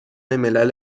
ملل